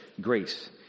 Grace